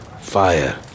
fire